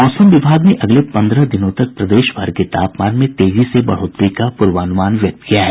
मौसम विभाग ने अगले पन्द्रह दिनों तक प्रदेश भर के तापमान में तेजी से बढ़ोतरी का पूर्वानुमान व्यक्त किया है